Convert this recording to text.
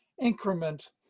increment